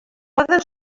poden